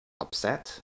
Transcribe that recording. upset